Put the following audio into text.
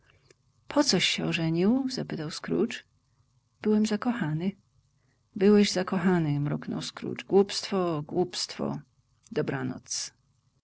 dlaczego pocoś się ożenił zapytał scrooge byłem zakochany byłeś zakochany mruknął scrooge głupstwo głupstwo dobranoc